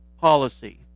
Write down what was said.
policy